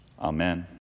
Amen